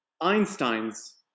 Einstein's